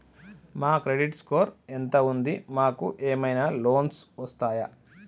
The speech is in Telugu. మా క్రెడిట్ స్కోర్ ఎంత ఉంది? మాకు ఏమైనా లోన్స్ వస్తయా?